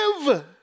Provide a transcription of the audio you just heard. live